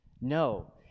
No